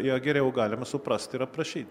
ją geriau galima suprast ir aprašyt